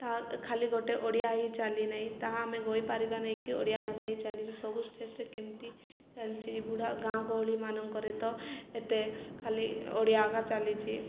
ତାହା ଖାଲି ଗୋଟେ ଓଡ଼ିଆ ହିଁ ଚାଲି ନାହିଁ ତାହା ଆମେ କହିପାରିବା ନେଇକି ଓଡ଼ିଆ ଭାଷା ହି ଚାଲିଛି ସବୁ ଷ୍ଟେଟ୍ରେ କେମିତି ଚାଲିଛି ବୁଢ଼ା ଗାଁ ଗହଳିମାନଙ୍କରେ ତ ଏତେ ଖାଲି ଓଡ଼ିଆ ଏକା ଚାଲିଛି